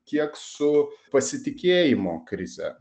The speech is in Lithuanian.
kiek su pasitikėjimo krize